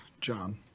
John